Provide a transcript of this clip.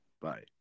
Bye